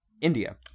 India